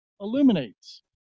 illuminates